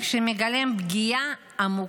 תן לי קצת לשווק את הוועדה.